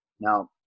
now